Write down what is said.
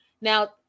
Now